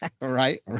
right